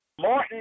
Martin